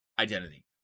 identity